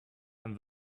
and